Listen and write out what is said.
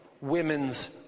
women's